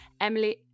Emily